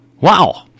Wow